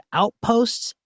outposts